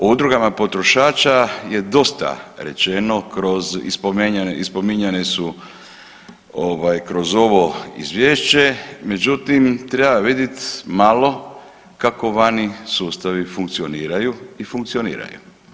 O udrugama potrošača je dosta rečeno kroz i spominjane su kroz ovo izvješće, međutim treba vidjet malo kako vani sustavi funkcioniraju i funkcioniraju.